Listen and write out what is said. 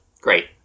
Great